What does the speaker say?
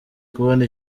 kubona